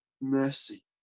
mercy